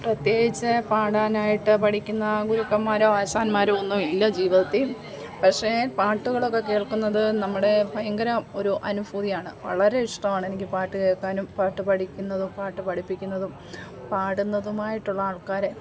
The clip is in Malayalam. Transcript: പ്രത്യേകിച്ച് പാടാനായിട്ട് പഠിക്കുന്ന ഗുരുക്കന്മാരോ ആശാന്മാരോ ഒന്നുമില്ല ജീവിതത്തിൽ പക്ഷേ പാട്ടുകളൊക്കെ കേൾക്കുന്നത് നമ്മുടെ ഭയങ്കര ഒരു അനുഭൂതിയാണ് വളരെ ഇഷ്ടമാണ് എനിക്ക് പാട്ടു കേൾക്കാനും പാട്ടു പഠിക്കുന്നതും പാട്ടു പഠിപ്പിക്കുന്നതും പാടുന്നതുമായിട്ടുള്ള ആൾക്കാരെ